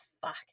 fuck